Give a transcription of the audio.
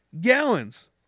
gallons